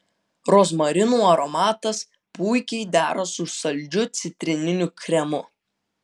rozmarinų aromatas puikiai dera su saldžiu citrininiu kremu